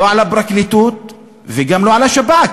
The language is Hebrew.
לא על הפרקליטות וגם לא על השב"כ.